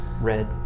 Red